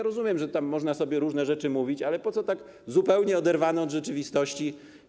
Rozumiem, że można sobie różne rzeczy mówić, ale takie zupełnie oderwane od rzeczywistości?